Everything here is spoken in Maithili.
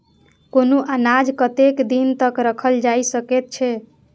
कुनू अनाज कतेक दिन तक रखल जाई सकऐत छै?